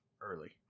early